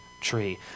tree